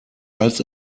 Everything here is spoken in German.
als